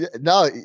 No